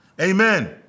Amen